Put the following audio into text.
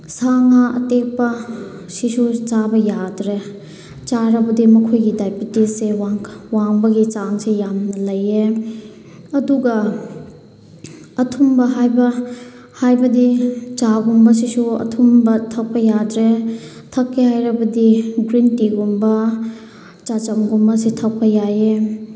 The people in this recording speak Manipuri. ꯁꯥ ꯉꯥ ꯑꯇꯦꯛꯄ ꯁꯤꯁꯨ ꯆꯥꯕ ꯌꯥꯗ꯭ꯔꯦ ꯆꯥꯔꯕꯗꯤ ꯃꯈꯣꯏꯒꯤ ꯗꯥꯏꯕꯤꯇꯤꯁꯁꯦ ꯋꯥꯡꯕꯒꯤ ꯆꯥꯡꯁꯦ ꯌꯥꯝꯅ ꯂꯩꯌꯦ ꯑꯗꯨꯒ ꯑꯊꯨꯝꯕ ꯍꯥꯏꯕ ꯍꯥꯏꯕꯗꯤ ꯆꯥꯒꯨꯝꯕꯁꯤꯁꯨ ꯑꯊꯨꯝꯕ ꯊꯛꯄ ꯌꯥꯗ꯭ꯔꯦ ꯊꯛꯀꯦ ꯍꯥꯏꯔꯕꯗꯤ ꯒ꯭ꯔꯤꯟ ꯇꯤꯒꯨꯝꯕ ꯆꯥꯖꯝꯒꯨꯝꯕꯁꯦ ꯊꯛꯄ ꯌꯥꯏꯌꯦ